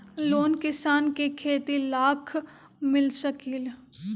Loan किसान के खेती लाख मिल सकील?